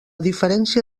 diferència